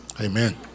Amen